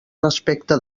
respecte